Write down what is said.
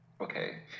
Okay